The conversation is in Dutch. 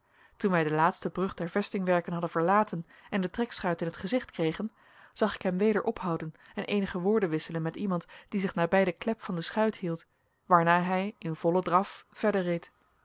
toen wij de laatste brug der vestingwerken hadden verlaten en de trekschuit in t gezicht kregen zag ik hem weder ophouden en eenige woorden wisselen met iemand die zich nabij de klep van de schuit hield waarna hij in vollen draf verder reed